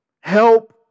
help